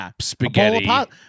spaghetti